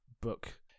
book